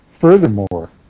Furthermore